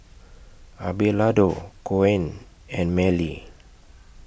Abelardo Koen and Marely